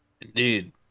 Indeed